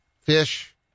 fish